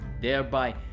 thereby